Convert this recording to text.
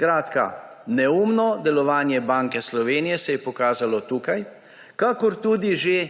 kovanec. Neumno delovanje Banke Slovenije se je pokazalo tukaj, kakor se tudi